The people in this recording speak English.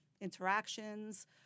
interactions